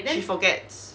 she forgets